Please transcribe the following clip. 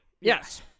Yes